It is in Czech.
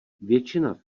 většina